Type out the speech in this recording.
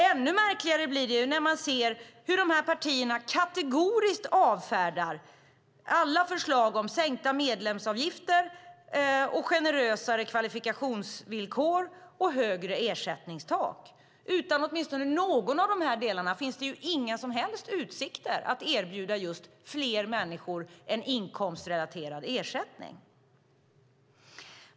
Ännu märkligare blir det när man ser hur de här partierna kategoriskt avfärdar alla förslag om sänkta medlemsavgifter, generösare kvalifikationsvillkor och högre ersättningstak. Utan åtminstone någon av de här delarna finns det ju inga som helst utsikter att erbjuda just fler människor en inkomstrelaterad ersättning.